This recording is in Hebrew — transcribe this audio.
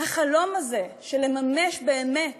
החלום הזה של לממש באמת